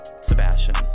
Sebastian